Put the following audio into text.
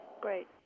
Great